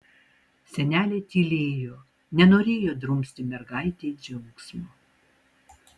senelė tylėjo nenorėjo drumsti mergaitei džiaugsmo